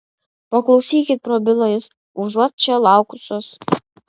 paklausykit prabilo jis užuot čia laukusios